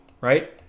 right